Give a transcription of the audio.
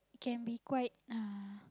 can be quite uh